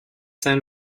saint